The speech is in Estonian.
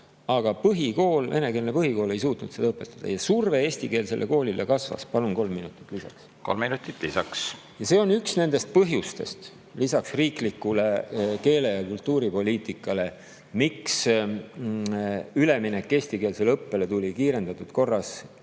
Paraku venekeelne põhikool ei ole suutnud seda õpetada ja surve eestikeelsele koolile kasvab. Palun kolm minutit lisaks. Kolm minutit lisaks. Kolm minutit lisaks. Ja see on üks nendest põhjustest lisaks riiklikule keele- ja kultuuripoliitikale, miks üleminek eestikeelsele õppele tuli kiirendatud korras